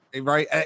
right